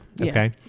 Okay